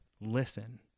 listen